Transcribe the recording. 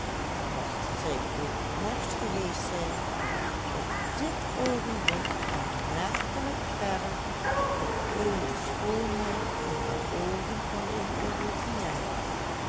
aanmerkelijk verre van eene schoonheid in de oogen van een europeaan